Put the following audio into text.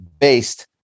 based